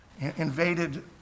invaded